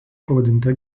pavadinta